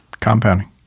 Compounding